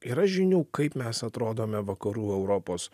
yra žinių kaip mes atrodome vakarų europos